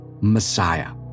Messiah